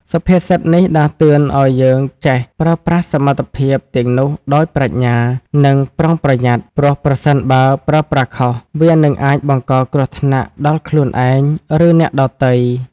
សុភាសិតនេះដាស់តឿនឲ្យយើងចេះ ប្រើប្រាស់សមត្ថភាពទាំងនោះដោយប្រាជ្ញា និងប្រុងប្រយ័ត្ន ព្រោះប្រសិនបើប្រើប្រាស់ខុស វានឹងអាចបង្កគ្រោះថ្នាក់ដល់ខ្លួនឯង ឬអ្នកដទៃ។